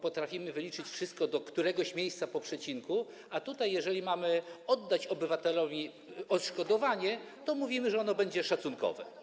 Potrafimy wyliczyć wszystko do któregoś miejsca po przecinku, a tutaj, jeżeli mamy oddać obywatelowi odszkodowanie, to mówimy, że będzie ono szacunkowe.